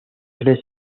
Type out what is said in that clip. tres